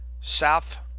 South